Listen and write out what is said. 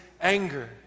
anger